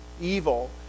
evil